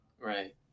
right